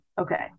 okay